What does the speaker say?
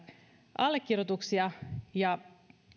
allekirjoituksia ja